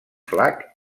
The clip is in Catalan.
flac